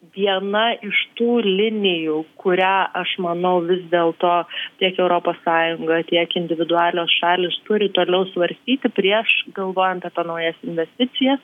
viena iš tų linijų kurią aš manau vis dėlto tiek europos sąjunga tiek individualios šalys turi toliau svarstyti prieš galvojant apie naujas investicijas